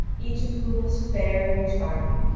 each of whom was fair and charming,